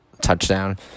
touchdown